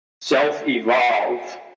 self-evolve